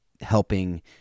helping